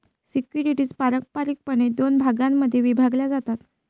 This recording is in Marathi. सिक्युरिटीज पारंपारिकपणे दोन भागांमध्ये विभागल्या जातात